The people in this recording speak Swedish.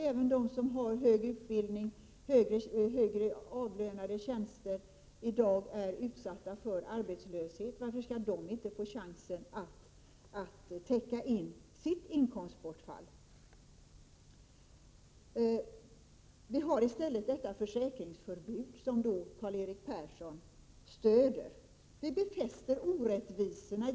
Även de som har en hög utbildning och högre avlönade tjänster är i dagens läge utsatta för arbetslöshet. Varför skall inte de få chansen att täcka in sitt inkomstbortfall? Vi har nu i stället ett försäkringsförbud, som Karl-Erik Persson stöder.